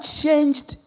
changed